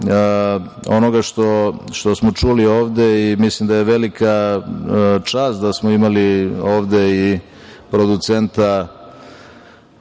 onoga što smo čuli ovde i mislim da je velika čast da smo imali ovde i producenta